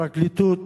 הפרקליטות,